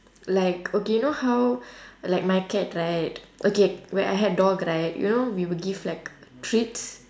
like okay you know how like my cat right okay when I had dog right you know we will give like treats